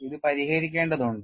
ഇത് പരിഹരിക്കേണ്ടതുണ്ട്